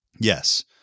Yes